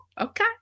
okay